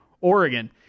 Oregon